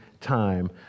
time